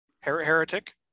Heretic